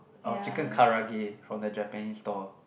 orh chicken karaage from the Japanese store